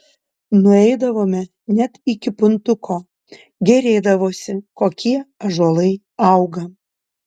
nueidavome net iki puntuko gėrėdavosi kokie ąžuolai auga